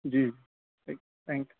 جی thanks